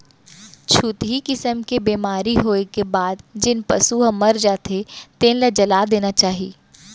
छुतही किसम के बेमारी होए के बाद जेन पसू ह मर जाथे तेन ल जला देना चाही